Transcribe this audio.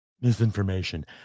misinformation